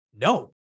No